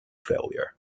failure